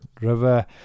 River